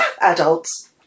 adults